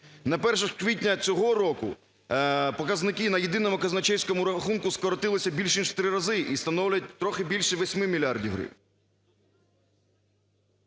На 1 квітня цього року показники на єдиному казначейському рахунку скоротилися більш ніж в три рази і становлять трохи більше 8 мільярдів гривень.